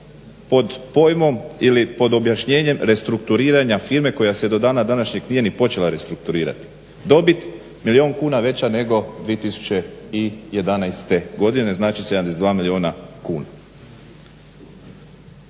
pod pojmom ili pod objašnjenjem restrukturiranja firme koja se do dana današnjeg nije ni počela restrukturirat. Dobit milijun kuna veća nego 2011. godine, znači 72 milijuna kuna.